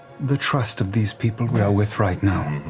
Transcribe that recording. the trust of these people we are with right now.